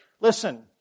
Listen